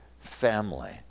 family